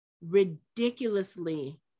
ridiculously